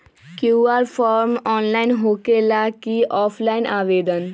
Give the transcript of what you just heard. QR form online होकेला कि offline आवेदन?